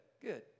good